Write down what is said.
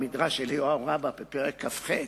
מדרש אליהו רבה בפרק כ"ח,